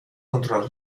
controlar